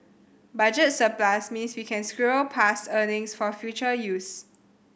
budget surplus means we can squirrel past earnings for future use